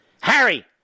Harry